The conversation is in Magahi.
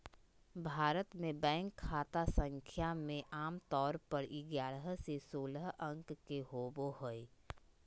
भारत मे बैंक खाता संख्या मे आमतौर पर ग्यारह से सोलह अंक के होबो हय